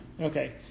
Okay